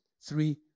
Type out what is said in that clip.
Three